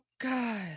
God